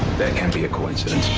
that can't be a coincidence.